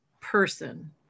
person